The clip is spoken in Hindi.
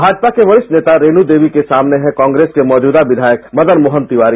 भाजपा की वरिष्ठ नेता रेणु देवी के सामने हैं कांग्रेस के मौजूदा विधायक मदन मोहन तिवारी